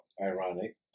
ironic